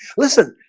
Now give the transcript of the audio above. listen.